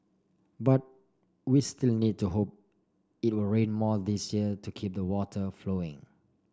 but we still need to hope it rain more this year to keep the water flowing